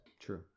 True